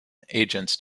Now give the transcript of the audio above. agents